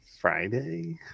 Friday